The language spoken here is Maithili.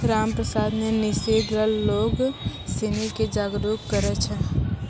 रामप्रसाद ने निवेश ल लोग सिनी के जागरूक करय छै